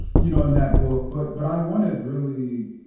you know in that book. but but i wanted really,